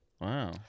Wow